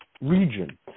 region